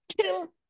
kill